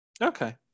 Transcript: Okay